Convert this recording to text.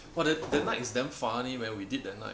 !wah! that that night is damn funny man we did that night